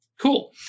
Cool